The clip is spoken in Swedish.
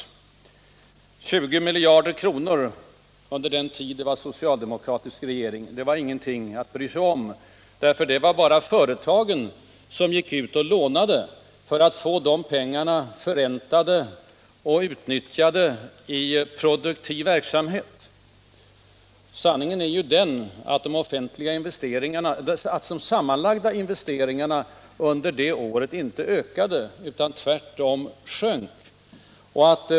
Lån på 20 miljarder kronor under den tid vi hade socialdemokratisk regering skulle alltså inte vara någonting att bry sig om; det var bara företagen som gick ut och lånade för att få pengarna förräntade och utnyttjade i produktiv verksamhet, sade herr Sträng. Sanningen är den att de sammanlagda investeringarna det året inte ökade utan tvärtom minskade.